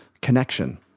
connection